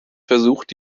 versucht